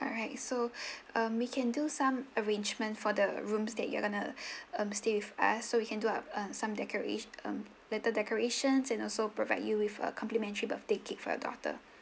alright so um we can do some arrangement for the rooms that you're going to um stay with us so we can do a uh some decora~ um better decorations and also provide you with a complimentary birthday cake for your daughter